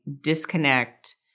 disconnect